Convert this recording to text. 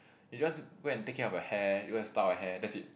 you just go and take care of your hair you go and style your hair that's it